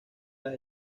las